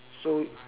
so